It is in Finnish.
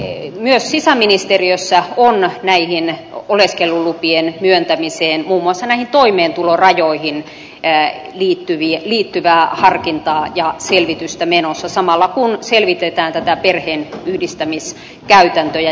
mutta myös sisäministeriössä on oleskelulupien myöntämiseen muun muassa toimeentulorajoihin liittyvää harkintaa ja selvitystä menossa samalla kun selvitetään perheenyhdistämiskäytäntöjä